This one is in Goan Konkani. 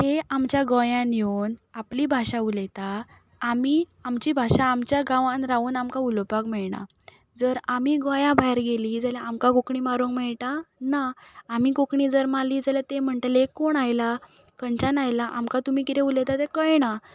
ते आमच्या गोंयान येवन आपली भाशा उलयता आमी आमची भाशा आमच्या गांवान रावून आमकां उलोवपाक मेळना जर आमी गोंया भायर गेलीं जाल्या आमकां कोंकणी मारूंक मेळटा ना आमी कोंकणी जर मारली जाल्यार तें म्हणटले हे कोण आयला खंयच्यान आयला आमकां तुमी कितें उलयता तें कळना